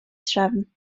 trefn